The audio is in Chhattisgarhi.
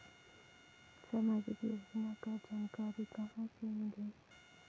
समाजिक योजना कर जानकारी कहाँ से मिलही?